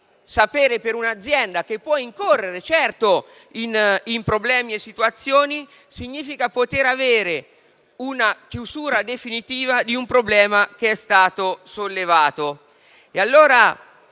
per un'azienda - che può incorrere, certo, in problemi e situazioni - poter avere la chiusura definitiva di un problema che è stato sollevato.